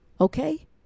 okay